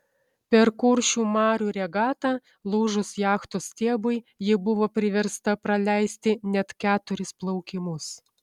per kuršių marių regatą lūžus jachtos stiebui ji buvo priversta praleisti net keturis plaukimus